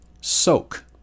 Soak